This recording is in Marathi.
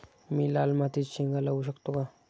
मी लाल मातीत शेंगा लावू शकतो का?